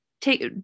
take